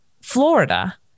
Florida